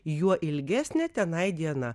juo ilgesnė tenai diena